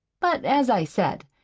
but, as i said,